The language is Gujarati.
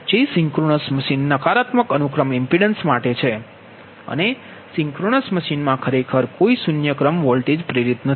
જે સિંક્રનસ મશીન નકારાત્મક અનુક્રમ ઇમ્પિડન્સ માટે છે અને સિંક્રનસ મશીનમાં ખરેખર કોઈ શૂન્ય ક્રમ વોલ્ટેજ પ્રેરિત નથી